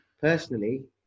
personally